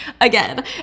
again